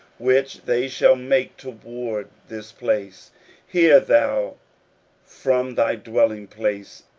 which they shall make toward this place hear thou from thy dwelling place,